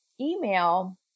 email